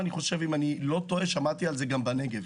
ואם אני לא טועה, שמעתי שכך זה גם בנגב.